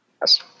Yes